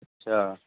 اچھا